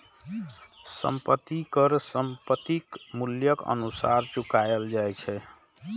संपत्ति कर संपत्तिक मूल्यक अनुसार चुकाएल जाए छै